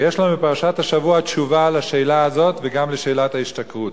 ויש לנו בפרשת השבוע תשובה לשאלה הזאת וגם לשאלת ההשתכרות.